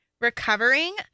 recovering